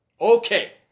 okay